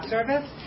Service